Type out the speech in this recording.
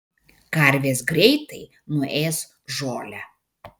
karvės greitai nuės žolę